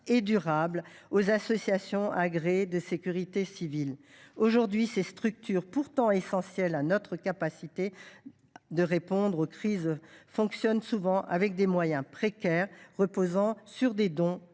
et durable aux associations agréées de sécurité civile. Ces structures, qui sont essentielles à notre capacité de réponse aux crises, fonctionnent souvent avec des moyens précaires, reposant sur des dons,